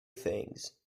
things